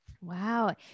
Wow